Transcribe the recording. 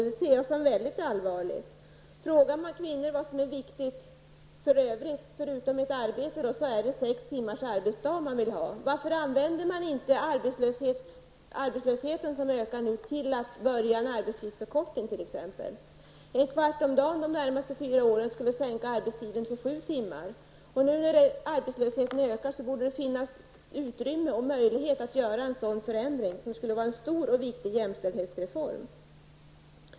Det ser jag som väldigt allvarligt. Om man frågar kvinnor vad som är viktigt förutom arbete får man veta att det är sex timmars arbetsdag man vill ha. Varför använder man t.ex. inte den ökande arbetslösheten till att påbörja en arbetstidsförkortning? En kvart om dagen under de närmaste fyra åren skulle sänka arbetstiden till sju timmar. Nu när arbetslösheten ökar borde det finnas utrymme och möjlighet att genomföra en sådan förändring, som skulle vara en stor och viktig jämställdhetsreform.